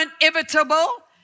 inevitable